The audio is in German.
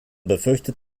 befürchtet